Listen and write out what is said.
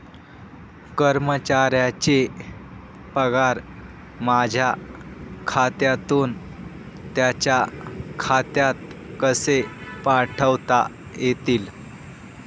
कर्मचाऱ्यांचे पगार माझ्या खात्यातून त्यांच्या खात्यात कसे पाठवता येतील?